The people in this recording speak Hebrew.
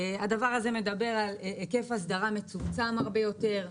הדבר הזה מדבר על היקף אסדרה מצומצם הרבה יותר,